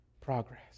progress